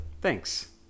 Thanks